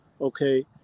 Okay